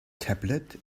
tablet